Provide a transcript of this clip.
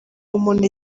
umuntu